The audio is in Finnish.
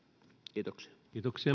kiitoksia